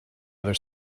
other